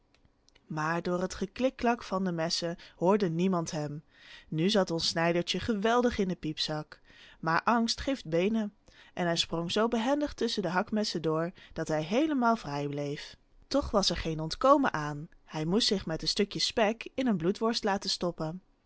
maar door het geklikklak van de messen hoorde niemand hem nu zat ons snijdertje geweldig in de piepzak maar angst geeft beenen en hij sprong zoo behendig tusschen de hakmessen door dat hij heelemaal vrij bleef toch was er geen ontkomen aan hij moest zich met de stukjes spek in een bloedworst laten stoppen